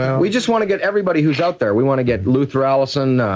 we just wanna get everybody who's out there. we wanna get luther allison,